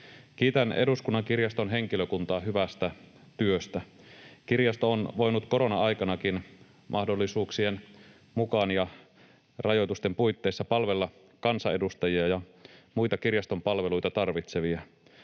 Kiitän Eduskunnan kirjaston henkilökuntaa hyvästä työstä. Kirjasto on voinut korona-aikanakin mahdollisuuksien mukaan ja rajoitusten puitteissa palvella kansanedustajia ja muita kirjaston palveluita tarvitsevia.